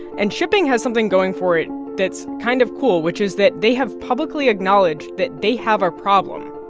and shipping has something going for it that's kind of cool, which is that they have publicly acknowledged that they have a problem.